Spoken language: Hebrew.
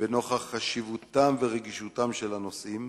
ונוכח חשיבותם ורגישותם של הנושאים,